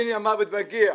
הנה, המוות מגיע.